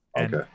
okay